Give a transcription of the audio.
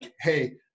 hey